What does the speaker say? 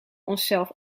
onszelf